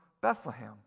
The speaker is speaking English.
Bethlehem